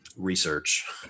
research